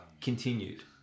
continued